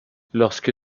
lorsque